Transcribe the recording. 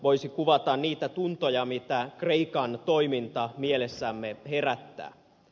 voisi kuvata niitä tuntoja mitä kreikan toiminta mielessämme herättää